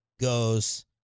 goes